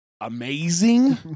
amazing